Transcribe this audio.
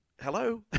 hello